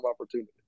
opportunity